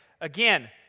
Again